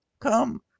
come